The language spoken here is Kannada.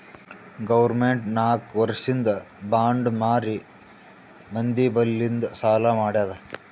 ಗೌರ್ಮೆಂಟ್ ನಾಕ್ ವರ್ಷಿಂದ್ ಬಾಂಡ್ ಮಾರಿ ಮಂದಿ ಬಲ್ಲಿಂದ್ ಸಾಲಾ ಮಾಡ್ಯಾದ್